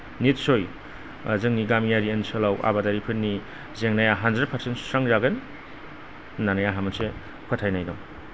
निच्चय जोंनि गामियारि ओनसोलाव आबादारिफोरनि जेंनाया हानद्रेद पार्सेन्त सुस्रांजागोन होन्नानै आंहा मोनसे फोथायनाय दं